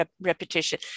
repetition